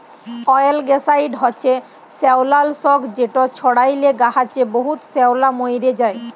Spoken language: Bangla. অয়েলগ্যাসাইড হছে শেওলালাসক যেট ছড়াইলে গাহাচে বহুত শেওলা মইরে যায়